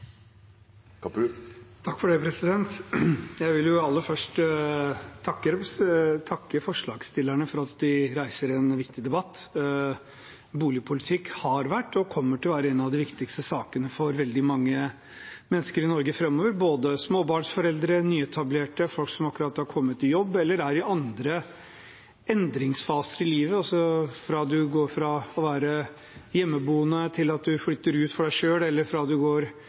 vi for forslaga i innstillinga no, med unntak av forslag nr. 1, som vi hermed tek opp. Representanten Fredric Holen Bjørdal har teke opp det forslaget han refererte til. Jeg vil aller først takke forslagsstillerne for at de reiser en viktig debatt. Boligpolitikk har vært og kommer til å være en av de viktigste sakene for veldig mange mennesker i Norge framover, både småbarnsforeldre, nyetablerte, folk som akkurat har kommet i jobb, eller er i andre endringsfaser i livet. Fra å være hjemmeboende til å flytte ut